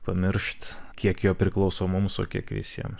pamiršt kiek jo priklauso mums o kiek visiems